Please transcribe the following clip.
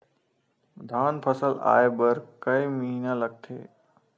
धान फसल आय बर कय महिना लगथे?